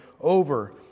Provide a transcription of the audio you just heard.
over